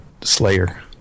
slayer